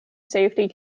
safety